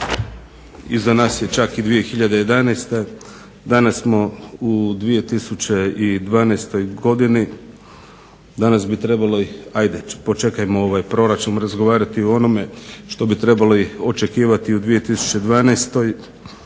nas je čak 2011. Danas smo u 2012.godini, danas bi trebali ajde počekajmo ovaj proračun razgovarati o onome što bi trebali očekivati u 2012. Možemo